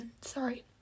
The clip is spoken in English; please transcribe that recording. sorry